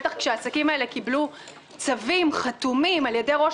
בטח כשהעסקים האלה קיבלו צווים חתומים על ידי ראש